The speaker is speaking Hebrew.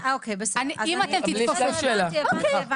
אוקיי, בסדר, הבנתי, הבנתי.